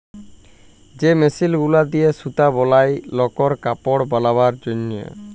যে মেশিল গুলা দিয়ে সুতা বলায় লকর কাপড় বালাবার জনহে